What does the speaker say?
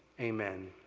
amen.